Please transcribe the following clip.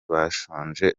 bashonje